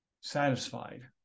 satisfied